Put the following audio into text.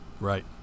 Right